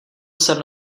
jsem